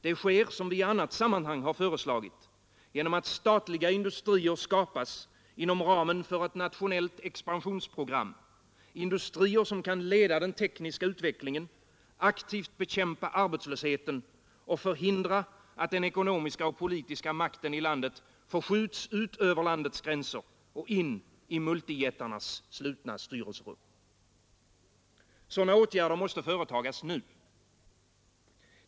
Det sker, som vi i annat sammanhang har föreslagit, genom att statliga industrier skapas inom ramen för ett nationellt expansionsprogram, industrier som kan leda den tekniska utvecklingen, aktivt bekämpa arbetslösheten och förhindra att den ekonomiska och politiska makten i landet förskjuts ut över landets gränser och in i multijättarnas slutna styrelserum. Sådana åtgärder måste företagas nu.